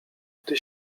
gdy